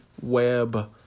Web